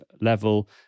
level